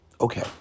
okay